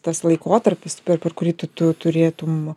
tas laikotarpis per kurį tu tu turėtum